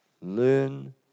learn